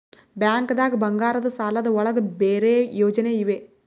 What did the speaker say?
ಬ್ಯಾಂಕ್ದಾಗ ಬಂಗಾರದ್ ಸಾಲದ್ ಒಳಗ್ ಬೇರೆ ಯೋಜನೆ ಇವೆ?